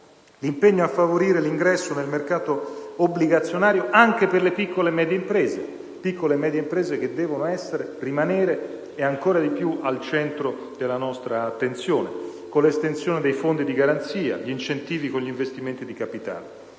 l'impegno a favorire l'ingresso nel mercato obbligazionario anche delle piccole e medie imprese, che devono essere e rimanere ancora di più al centro della nostra attenzione, con l'estensione dei fondi di garanzia, gli incentivi con gli investimenti di capitale.